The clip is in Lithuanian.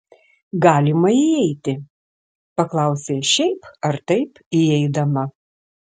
galima įeiti paklausė šiaip ar taip įeidama